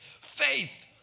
faith